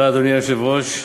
אדוני היושב-ראש,